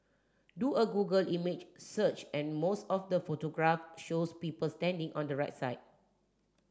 do a Google image search and most of the photograph shows people standing on the right side